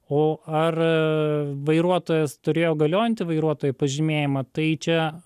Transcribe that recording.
o ar vairuotojas turėjo galiojantį vairuotojo pažymėjimą tai čia